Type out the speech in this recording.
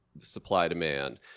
supply-demand